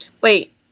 Wait